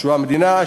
שהוא המדינה,